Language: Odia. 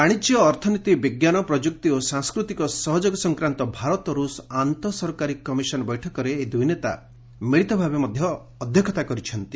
ବାଶିଜ୍ୟ ଅର୍ଥନୀତି ବିଜ୍ଞାନ ପ୍ରଯ୍ୟକ୍ତି ଓ ସାଂସ୍କୃତିକ ସହଯୋଗ ସଂକ୍ରାନ୍ତ ଭାରତ ର୍ଷ ଆନ୍ତଃ ସରକାରୀ କମିଶନ୍ ବୈଠକରେ ଏହି ଦୂଇ ନେତା ମିଳିତ ଭାବେ ଅଧ୍ୟକ୍ଷତା କରିଛନ୍ତି